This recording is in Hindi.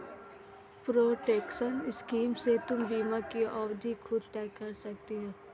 प्रोटेक्शन स्कीम से तुम बीमा की अवधि खुद तय कर सकती हो